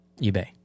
eBay